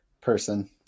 person